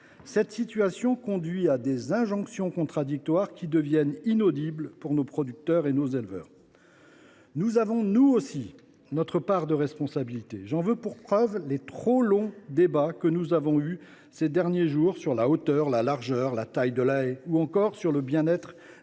reçoivent des injonctions contradictoires, qui deviennent inaudibles. Mes chers collègues, nous avons, nous aussi, notre part de responsabilité. J’en veux pour preuve les trop longs débats que nous avons eus, ces derniers jours, sur la hauteur, la largeur et la taille de la haie ou encore sur le bien être des chiens